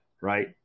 right